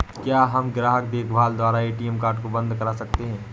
क्या हम ग्राहक देखभाल द्वारा ए.टी.एम कार्ड को बंद करा सकते हैं?